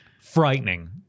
Frightening